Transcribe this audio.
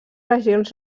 regions